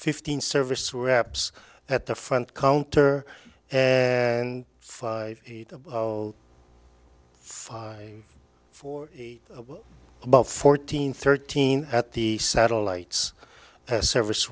fifteen service were ups at the front counter and five eight five for about fourteen thirteen at the satellites service